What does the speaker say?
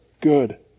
good